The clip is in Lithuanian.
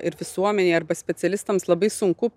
ir visuomenei arba specialistams labai sunku